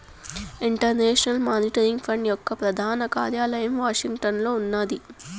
international monetary fund యొక్క ప్రధాన కార్యాలయం వాషింగ్టన్లో ఉన్నాది